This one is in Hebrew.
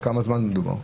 על כמה זמן מדובר?